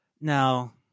Now